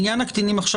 לעניין הקטינים עכשיו.